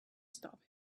stop